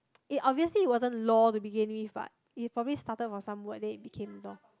it obviously wasn't lor to begin with what it probably started from some word then it became lor